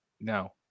No